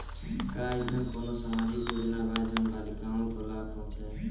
का अइसन कोनो सामाजिक योजना बा जोन बालिकाओं को लाभ पहुँचाए?